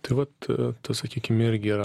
tai vat ee ta sakykim irgi yra